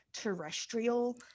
terrestrial